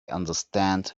understand